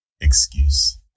excuse